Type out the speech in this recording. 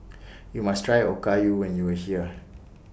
YOU must Try Okayu when YOU Are here